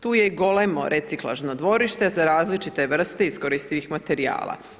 Tu je i golemo reciklažno dvorište za različite vrste iskoristivih materijala.